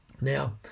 Now